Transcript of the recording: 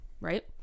right